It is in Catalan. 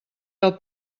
del